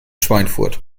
schweinfurt